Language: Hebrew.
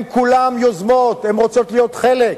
הן כולן יוזמות, הן רוצות להיות חלק.